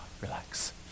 Relax